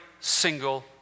single